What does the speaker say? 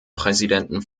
präsidenten